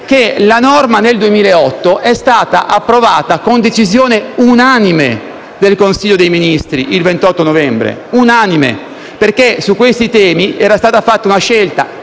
la norma del 2008 è stata approvata con decisione unanime del Consiglio dei ministri; si è raggiunta l'unanimità perché su questi temi era stata fatta una scelta,